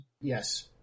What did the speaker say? Yes